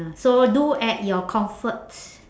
so do at your comforts